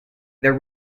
their